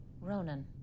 Ronan